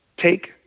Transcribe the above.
take